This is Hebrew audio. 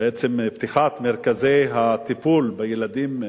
בעצם פתיחת מרכזי הטיפול בילדים,